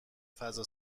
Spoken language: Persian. فضا